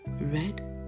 red